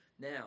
Now